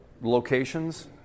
locations